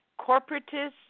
corporatists